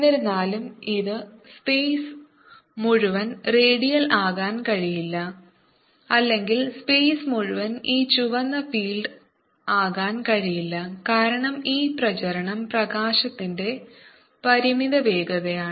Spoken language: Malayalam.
എന്നിരുന്നാലും ഇത് സ്പേസ് മുഴുവൻ റേഡിയൽ ആകാൻ കഴിയില്ല അല്ലെങ്കിൽ സ്പേസ് മുഴുവൻ ഈ ചുവന്ന ഫീൽഡ് ആകാൻ കഴിയില്ല കാരണം ഈ പ്രചരണം പ്രകാശത്തിന്റെ പരിമിത വേഗതയാണ്